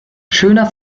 schöner